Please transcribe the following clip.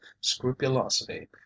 scrupulosity